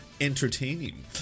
entertaining